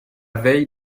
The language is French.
veille